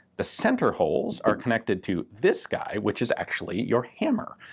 the centre holes are connected to this guy, which is actually your hammer.